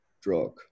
drug